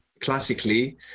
classically